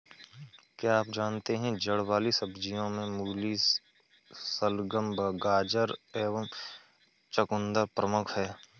क्या आप जानते है जड़ वाली सब्जियों में मूली, शलगम, गाजर व चकुंदर प्रमुख है?